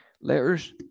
letters